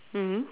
mmhmm